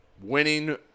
winning